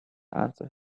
answer